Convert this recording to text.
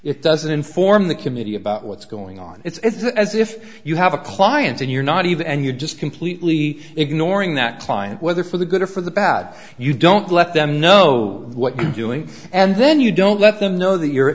it doesn't inform the committee about what's going on it's as if you have a client and you're not even and you're just completely ignoring that client whether for the good or for the bad you don't let them know what you're doing and then you don't let them know that you